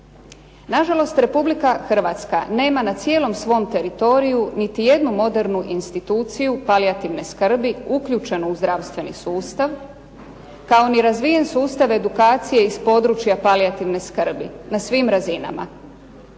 Na žalost, Republika Hrvatska nema na cijelom svom teritoriju niti jednu modernu instituciju palijativne skrbi uključenu u zdravstveni sustav kao ni razvijen sustav edukacije iz područja palijativne skrbi na svim razinama.